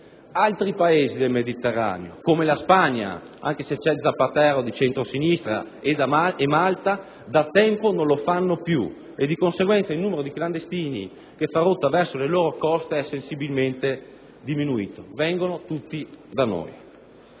Altri Paesi del Mediterraneo, come la Spagna - sebbene governi Zapatero che è di centrosinistra - e Malta, da tempo non lo fanno più e di conseguenza il numero di clandestini che fa rotta verso le loro coste è sensibilmente diminuito. Vengono tutti da noi.